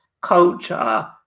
culture